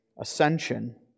Ascension